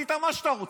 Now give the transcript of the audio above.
עשית מה שאתה רוצה.